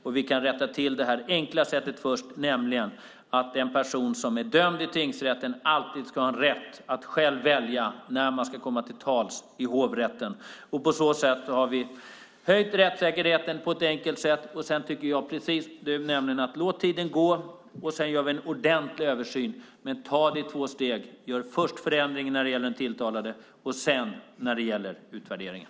Vi kan först rätta till detta på ett enkelt sätt, nämligen se till att den person som är dömd i tingsrätten alltid ska ha rätt att själv välja när han eller hon ska komma till tals i hovrätten. På det sättet skulle vi öka rättssäkerheten på ett enkelt sätt. Sedan tycker jag precis som du, Beatrice Ask, nämligen: Låt tiden gå. Sedan gör vi en ordentlig översyn. Men ta det i två steg. Gör först förändringen när det gäller den tilltalade och sedan när det gäller utvärderingen.